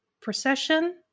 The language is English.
procession